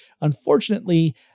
unfortunately